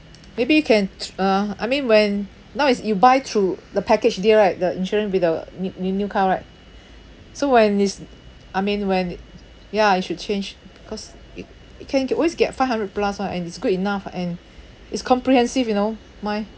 maybe you can thr~ uh I mean when now is you buy through the package deal right the insurance with the ne~ ne~ new car right so when is I mean when ya you should change cause it it can you can it always get five hundred plus [one] and it's good enough and it's comprehensive you know mine